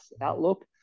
outlook